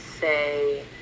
say